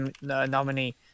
nominee